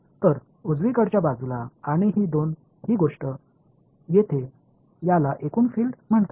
तर डावीकडच्या बाजूला आणि ही गोष्ट येथे याला एकूण फील्ड म्हणतात